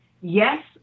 Yes